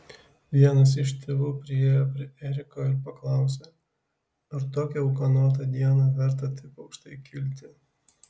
vienas iš tėvų priėjo prie eriko ir paklausė ar tokią ūkanotą dieną verta taip aukštai kilti